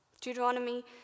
Deuteronomy